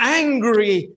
angry